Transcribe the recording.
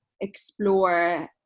explore